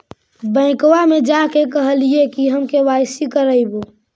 बैंकवा मे जा के कहलिऐ कि हम के.वाई.सी करईवो?